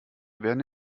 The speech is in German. werden